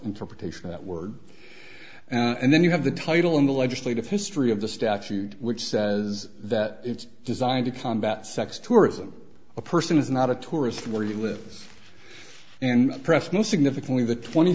interpretation that word and then you have the title in the legislative history of the statute which says that it's designed to combat sex tourism a person is not a tourist where you live and press most significantly the twenty